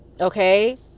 Okay